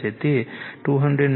તે 297